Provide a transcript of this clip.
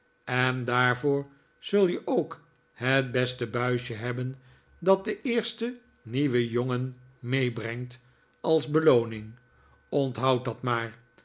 en daarvoor zul je ook het beste buisje hebben dat de eerste nieuwe jongen meebrengt als belooning onthoud dat maar